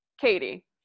Katie